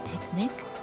picnic